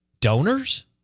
donors